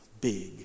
big